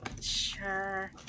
Sure